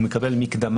מה קורה עם בני זוג?